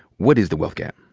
what is the wealth gap?